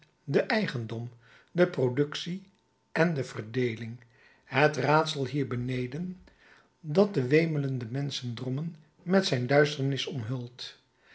den eigendom de productie en de verdeeling het raadsel hier beneden dat de wemelende menschendrommen met zijn duisternis omhult